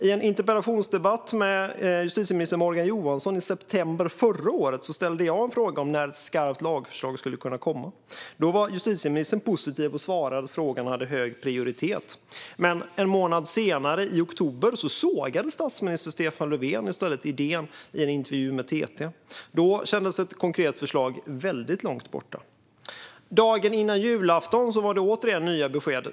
I en interpellationsdebatt med justitieminister Morgan Johansson i september förra året ställde jag en fråga om när ett skarpt lagförslag skulle kunna komma. Då var justitieministern positiv och svarade att frågan hade hög prioritet. Men en månad senare, i oktober, sågade statsminister Stefan Löfven i stället idén i en intervju med TT. Då kändes ett konkret förslag väldigt långt borta. Dagen före julafton var det återigen nya besked.